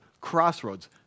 Crossroads